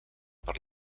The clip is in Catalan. per